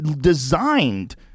designed